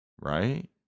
right